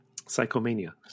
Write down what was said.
Psychomania